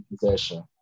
possession